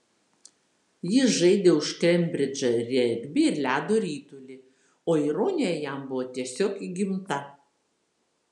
jis žaidė už kembridžą regbį ir ledo ritulį o ironija jam buvo tiesiog įgimta